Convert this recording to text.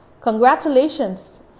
Congratulations